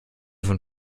von